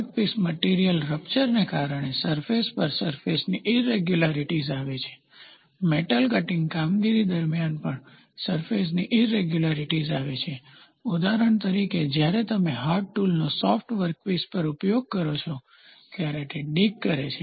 workpiece material રપ્ચરને કારણે surface પર સરફેસની ઈરેગ્યુલારીટીઝ આવે છે મેટલ કટીંગ કામગીરી દરમિયાન પણ સરફેસની ઈરેગ્યુલારીટીઝ આવે છે ઉદાહરણ તરીકે જ્યારે તમે હાર્ડ ટૂલનો સોફ્ટ વર્કપીસ પર ઉપયોગ કરો છો ત્યારે તે ડીગ કરે છે